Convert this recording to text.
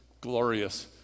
glorious